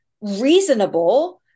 reasonable